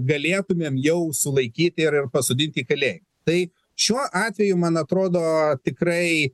galėtumėm jau sulaikyti ir ir pasodinti į kalėj tai šiuo atveju man atrodo tikrai